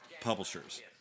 publishers